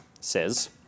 says